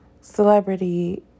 Celebrity